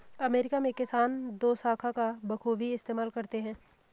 America में किसान दोशाखा का बखूबी इस्तेमाल करते हैं